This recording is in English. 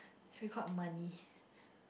free called money